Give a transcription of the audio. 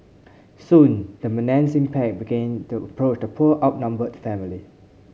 soon the menacing pack began to approach the poor outnumbered family